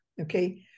Okay